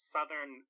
Southern